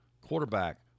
quarterback